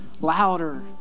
louder